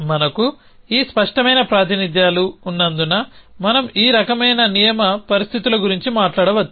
మనకు ఈ స్పష్టమైన ప్రాతినిధ్యాలు ఉన్నందున మనం ఈ రకమైన నియమ పరిస్థితుల గురించి మాట్లాడవచ్చు